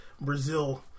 Brazil